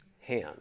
hand